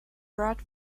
brought